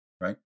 right